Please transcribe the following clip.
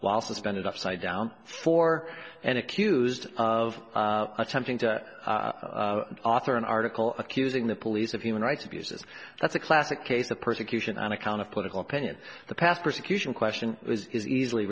while suspended upside down for and accused of attempting to author an article accusing the police of human rights abuses that's a classic case of persecution on account of political opinion the past persecution question is easily